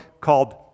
called